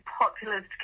populist